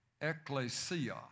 ecclesia